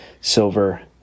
silver